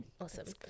Awesome